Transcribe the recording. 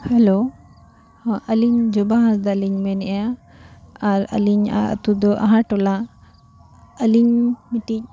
hello ᱟᱹᱞᱤᱧ ᱡᱚᱵᱟ ᱦᱟᱸᱥᱫᱟ ᱞᱤᱧ ᱢᱮᱱᱮᱜᱼᱟ ᱟᱨ ᱟᱹᱞᱤᱧᱟᱜ ᱟᱛᱳ ᱫᱚ ᱟᱦᱟᱨ ᱴᱚᱞᱟ ᱟᱹᱞᱤᱧ ᱢᱤᱫᱴᱤᱡ